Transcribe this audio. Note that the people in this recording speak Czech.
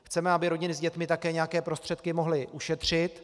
Chceme, aby rodiny s dětmi také nějaké prostředky mohly ušetřit.